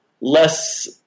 less